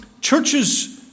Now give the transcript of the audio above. churches